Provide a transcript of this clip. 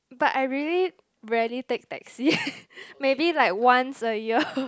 but I really rarely take taxi maybe like once a year